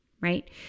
right